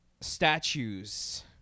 statues